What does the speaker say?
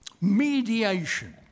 Mediation